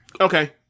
Okay